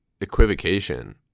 equivocation